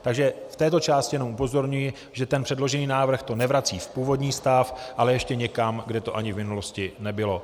Takže v této části jenom upozorňuji, že předložený návrh to nevrací v původní stav, ale ještě někam, kde to ani v minulosti nebylo.